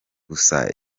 gusa